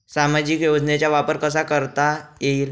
सामाजिक योजनेचा वापर कसा करता येईल?